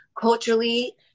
culturally